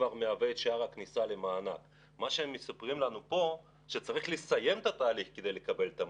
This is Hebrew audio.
מה שמספרים לנו פה זה שצריך לסיים את התהליך כדי לקבל את המענק.